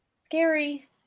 Scary